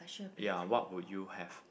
ya what would you have